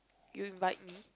you invite me